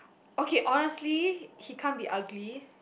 okay honestly he can't be ugly